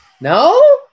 No